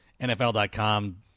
NFL.com